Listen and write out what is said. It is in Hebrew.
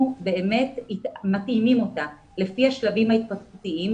באמת מתאימים אותה לפי השלבים ההתפתחותיים.